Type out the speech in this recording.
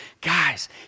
Guys